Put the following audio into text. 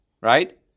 right